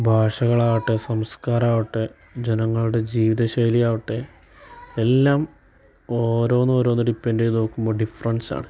ഭാഷകൾ ആവട്ടെ സംസ്കാരം ആവട്ടെ ജനങ്ങളുടെ ജീവിത ശൈലിയാവട്ടെ എല്ലാം ഓരോന്നോരോന്ന് ഡിപ്പൻഡ് ചെയ്ത് നോക്കുമ്പോൾ ഡിഫറൻസ് ആണ്